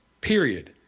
period